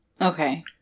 Okay